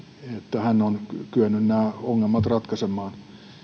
hän on kyennyt nämä ongelmat ratkaisemaan